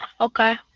Okay